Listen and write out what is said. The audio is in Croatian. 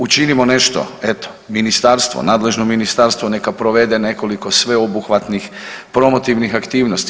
Učinimo nešto, eto Ministarstvo, nadležno Ministarstvo neka provede nekoliko sveobuhvatnih promotivnih aktivnosti.